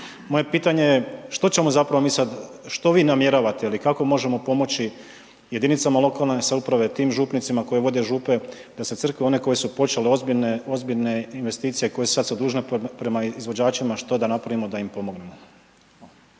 Moje pitanje, što vi namjeravate ili kako možemo pomoći jedinicama lokalne samouprave, tim župnicima koji vode župe da se crkve one koje su počele ozbiljne investicije koje su sada dužne prema izvođačima što da napravimo da im pomognemo.